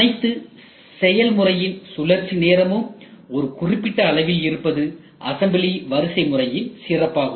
அனைத்து செயல்முறையின் சுழற்சி நேரமும் ஒரு குறிப்பிட்ட அளவில் இருப்பது அசம்பிளி வரிசை முறையின் சிறப்பாகும்